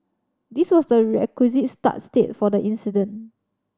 this was the requisite start state for the incident